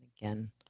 Again